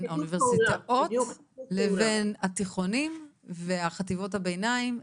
האוניברסיטאות לבין בתי הספר התיכוניים ובין חטיבות הביניים.